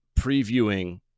previewing